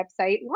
website